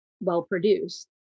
well-produced